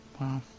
Wow